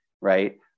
right